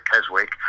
Keswick